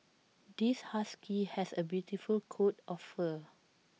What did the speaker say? this husky has A beautiful coat of fur